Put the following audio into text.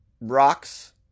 rocks